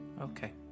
Okay